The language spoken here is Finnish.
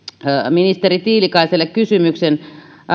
ministeri tiilikaiselle kysymyksen